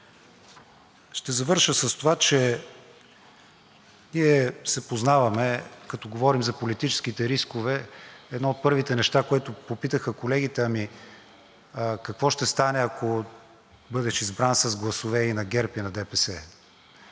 Ще завърша с това, че ние се познаваме. Като говорим за политическите рискове, едно от първите неща, за което попитаха колегите: „Какво ще стане, ако бъдеш избран с гласове и на ГЕРБ, и на ДПС?“